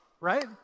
right